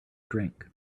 drink